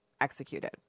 executed